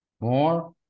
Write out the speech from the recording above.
more